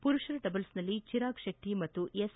ಮರುಷರ ಡಬಲ್ಸ್ನಲ್ಲಿ ಚಿರಾಗ್ ಶೆಟ್ಟಿ ಮತ್ತು ಎಸ್